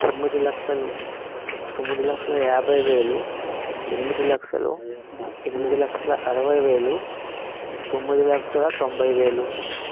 తొమ్మిది లక్షలు తొమ్మిది లక్షల యాభైవేలు ఎనిమిది లక్షలు ఎనిమిది లక్షల అరవైవేలు తొమ్మిది లక్షల తొంభైవేలు